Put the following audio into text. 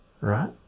right